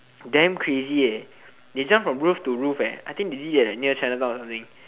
damn crazy eh they jump from roof to roof eh I think they did it at like near Chinatown or something